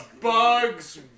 bugs